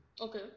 Okay